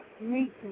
meet